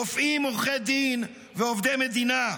רופאים עורכי דין ועובדי מדינה.